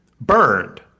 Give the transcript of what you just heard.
burned